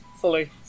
fully